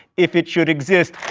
if it should exist.